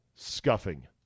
scuffing